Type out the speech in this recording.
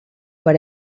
per